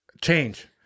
change